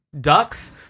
ducks